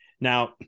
Now